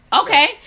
Okay